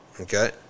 Okay